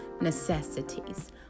necessities